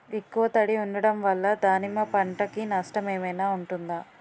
ఎక్కువ తడి ఉండడం వల్ల దానిమ్మ పంట కి నష్టం ఏమైనా ఉంటుందా?